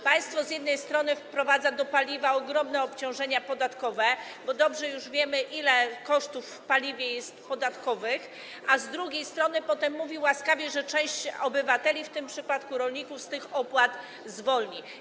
Państwo z jednej strony wprowadza do ceny paliwa ogromne obciążenia podatkowe, bo dobrze już wiemy, ile w cenie paliwa jest kosztów podatkowych, a z drugiej strony potem mówi łaskawie, że część obywateli, w tym przypadku rolników, z tych opłat zwolni.